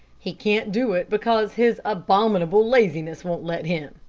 he can't do it, because his abominable laziness won't let him,